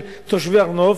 על תושבי הר-נוף.